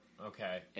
Okay